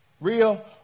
Real